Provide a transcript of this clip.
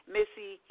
Missy